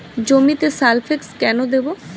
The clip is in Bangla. জমিতে সালফেক্স কেন দেবো?